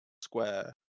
square